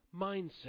mindset